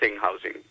housing